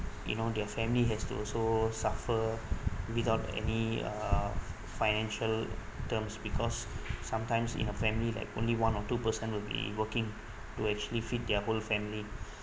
you know their family has to also suffer without any uh financial terms because sometimes in a family like only one or two person will be working to actually feed their whole family